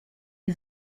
die